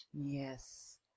Yes